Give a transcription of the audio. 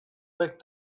lick